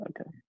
Okay